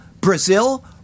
Brazil